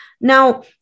Now